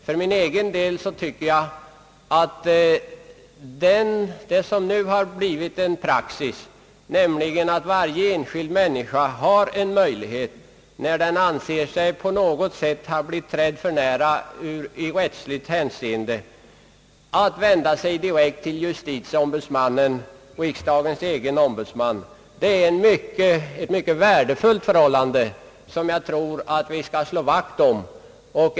För min del tycker jag att det som nu blivit praxis, nämligen att varje enskild människa, när hon anser sig ha blivit trädd för nära i rättsligt hänseende, har möjlighet att vända sig direkt till riksdagens egen ombudsman, är ett mycket värdefullt förhållande som jag tror att vi skall slå vakt om.